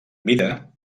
mida